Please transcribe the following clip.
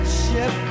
ship